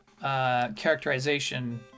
characterization